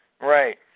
Right